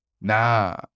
Nah